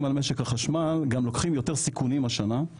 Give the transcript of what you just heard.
על משק החשמל גם לוקחים קצת יותר סיכונים השנה,